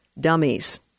dummies